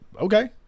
Okay